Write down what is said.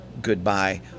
goodbye